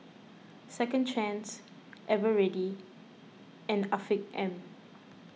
Second Chance Eveready and Afiq M